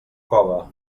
cove